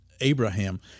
Abraham